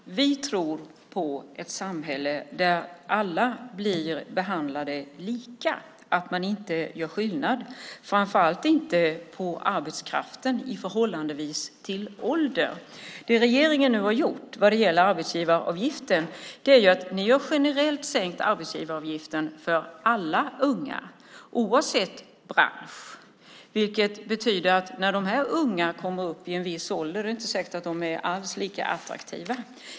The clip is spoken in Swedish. Fru talman! Vi tror på ett samhälle där alla blir behandlade lika, där man framför allt inte gör skillnad på arbetskraften i förhållande till ålder. Det regeringen nu har gjort vad gäller arbetsgivaravgiften är att sänka den generellt för alla unga, oavsett bransch. Det betyder att när de här unga kommer upp i en viss ålder är det inte alls säkert att de är lika attraktiva.